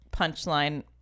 punchline